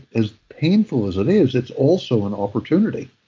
as painful as it is, it's also an opportunity,